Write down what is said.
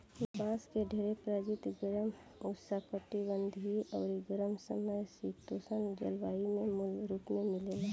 बांस के ढेरे प्रजाति गरम, उष्णकटिबंधीय अउरी गरम सम शीतोष्ण जलवायु में मूल रूप से मिलेला